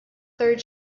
third